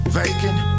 vacant